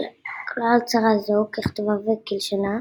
כלל הצהרה זו ככתבה וכלשונה,